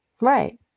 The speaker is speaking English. Right